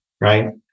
right